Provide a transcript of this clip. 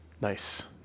Nice